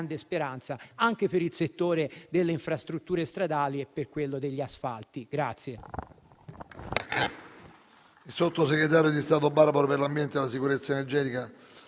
speranza, anche per il settore delle infrastrutture stradali e per quello degli asfalti.